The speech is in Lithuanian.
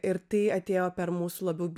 ir tai atėjo per mūsų labiau